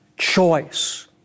choice